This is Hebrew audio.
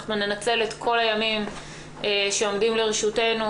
אנחנו ננצל את כל הימים שעומדים לרשותנו,